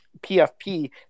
PFP